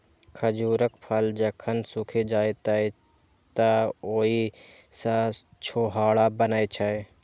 खजूरक फल जखन सूखि जाइ छै, तं ओइ सं छोहाड़ा बनै छै